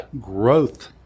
growth